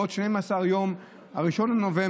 בעוד 12 יום, ב-1 בנובמבר,